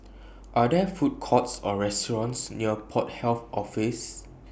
Are There Food Courts Or restaurants near Port Health Office